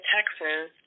Texas